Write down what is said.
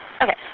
Okay